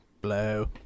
Blow